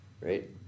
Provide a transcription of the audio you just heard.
right